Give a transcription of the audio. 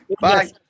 Bye